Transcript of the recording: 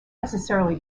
necessarily